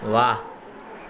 वाह